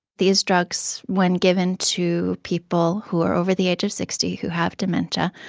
these drugs, when given to people who are over the age of sixty who have dementia,